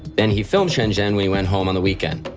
then he filmed shenzhen when he went home on the weekend.